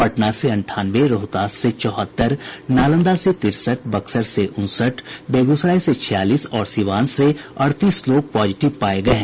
पटना से अंठानवे रोहतास से चौहत्तर नालंदा से तिरसठ बक्सर से उनसठ बेगूसराय से छियालीस और सिवान से अड़तीस लोग पॉजिटिव पाये गये हैं